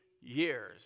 years